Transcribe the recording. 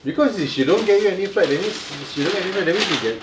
because if she don't get any flight she don't get any flight that means she can